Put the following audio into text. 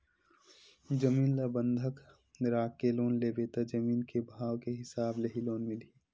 जमीन ल बंधक राखके लोन लेबे त जमीन के भाव के हिसाब ले ही लोन मिलही